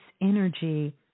energy